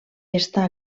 està